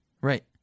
Right